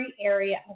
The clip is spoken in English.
area